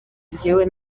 njyewe